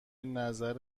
نظر